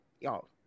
Y'all